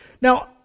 Now